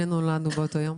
נולדנו באותו יום,